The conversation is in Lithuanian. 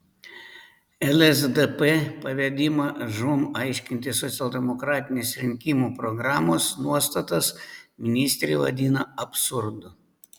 lsdp pavedimą žūm aiškinti socialdemokratinės rinkimų programos nuostatas ministrė vadina absurdu